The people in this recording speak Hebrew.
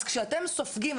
אז כשאתם סופגים,